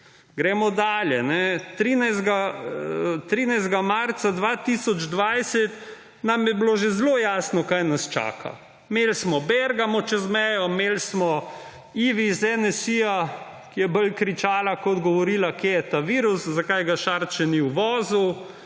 Gremo dalje. 13. marca 2020 nam je bilo že zelo jasno, kaj nas čaka. Imeli smo Bergamo čez mejo, imeli smo Ivi iz NSi, ki je bolj kričala kot govorila, kje je ta virus, zakaj ga Šarec še ni uvozil,